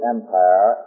Empire